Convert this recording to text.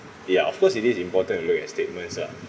ya of course it is important to look at statements lah